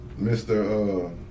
Mr